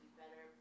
better